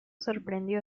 sorprendió